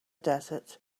desert